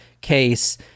case